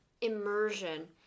immersion